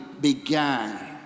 began